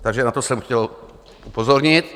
Takže na to jsem chtěl upozornit.